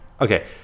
Okay